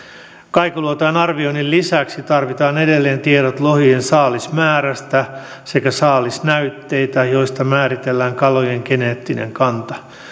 kaikuluotainarvioinnin lisäksi tarvitaan edelleen tiedot lohien saalismäärästä sekä saalisnäytteitä joista määritellään kalojen geneettinen kanta